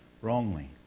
wrongly